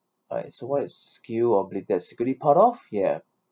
alright so what is skill that part of ya